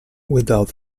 without